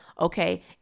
okay